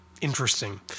interesting